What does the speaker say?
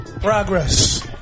Progress